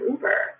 Uber